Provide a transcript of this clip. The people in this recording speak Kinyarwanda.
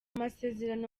masezerano